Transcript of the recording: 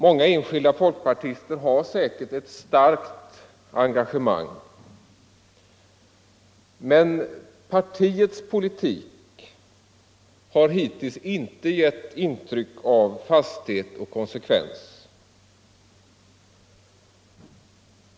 Många enskilda folkpartister har säkert ett starkt engagemang, men partiets politik har hittills inte gett intryck av fasthet och konsekvens.